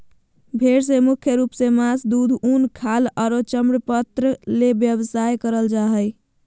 भेड़ से मुख्य रूप से मास, दूध, उन, खाल आरो चर्मपत्र ले व्यवसाय करल जा हई